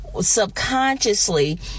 subconsciously